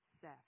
Seth